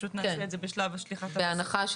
פשוט נעשה את זה בשלב שליחת --- אני